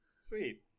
Sweet